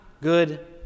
good